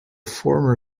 former